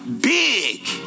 big